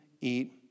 eat